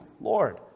Lord